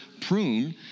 prune